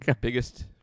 Biggest